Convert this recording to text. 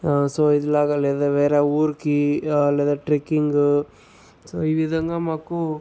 so ఇలాగా లేదా వేరే ఊరికి లేదా ట్రెక్కింగు సో ఈవిధంగా మాకు